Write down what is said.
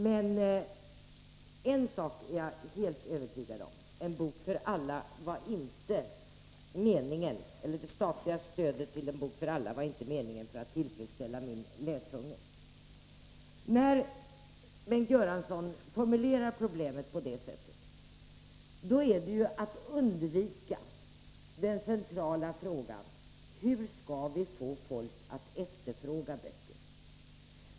Men en sak är jag helt övertygad om: Det statliga stödet till En bok för alla var inte avsett för att tillfredsställa min läshunger. När Bengt Göransson formulerar problemen på det sättet undviker han den centrala frågan: Hur skall vi få folk att efterfråga böcker?